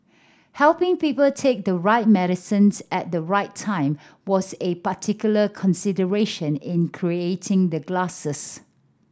helping people take the right medicines at the right time was a particular consideration in creating the glasses